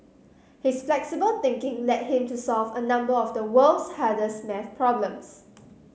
his flexible thinking led him to solve a number of the world's hardest maths problems